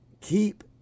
keep